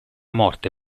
morte